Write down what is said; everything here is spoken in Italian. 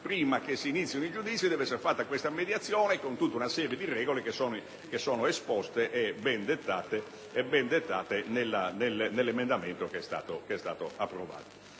prima che inizino i giudizi deve essere fatta questa mediazione con tutta una serie di regole, che sono esposte e ben dettate nell'articolo 39 che è stato approvato.